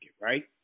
right